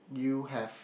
you have